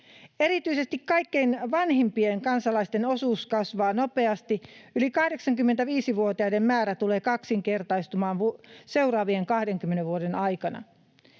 Erityisesti kaikkein vanhimpien kansalaisten osuus kasvaa nopeasti: yli 85-vuotiaiden määrä tulee kaksinkertaistumaan seuraavien 20 vuoden aikana.